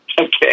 Okay